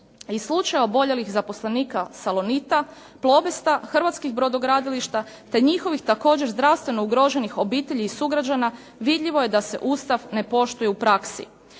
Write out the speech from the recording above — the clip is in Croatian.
i slučaja oboljelih zaposlenika "Salonita", "Plobesta", hrvatskih brodogradilišta, te njihovih također zdravstveno ugroženih obitelji i sugrađana, vidljivo je da se Ustav ne poštuje u praksi.